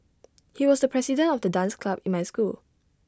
he was the president of the dance club in my school